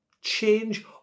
change